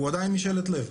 הוא עדיין משאלת לב,